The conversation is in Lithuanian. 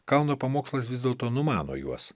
kalno pamokslas vis dėlto numano juos